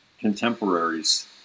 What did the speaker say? contemporaries